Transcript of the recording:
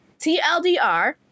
TLDR